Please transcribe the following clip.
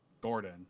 Gordon